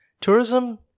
tourism